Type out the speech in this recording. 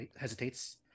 hesitates